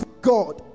God